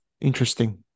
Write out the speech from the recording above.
Interesting